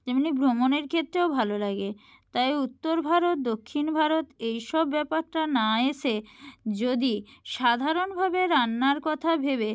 তেমনি ভ্রমণের ক্ষেত্রেও ভালো লাগে তাই উত্তর ভারত দক্ষিণ ভারত এই সব ব্যাপারটা না এসে যদি সাধারণভাবে রান্নার কথা ভেবে